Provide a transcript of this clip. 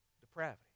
depravity